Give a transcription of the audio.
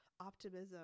optimism